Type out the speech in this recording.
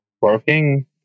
working